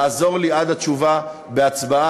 לעזור לי עד התשובה וההצבעה,